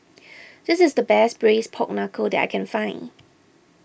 this is the best Braised Pork Knuckle that I can find